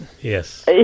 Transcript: Yes